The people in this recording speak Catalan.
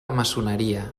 maçoneria